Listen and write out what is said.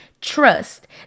Trust